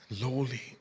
lowly